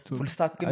Full-stack